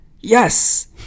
yes